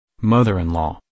mother-in-law